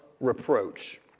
reproach